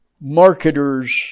marketers